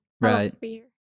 Right